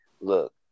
look